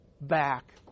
back